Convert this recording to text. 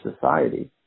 society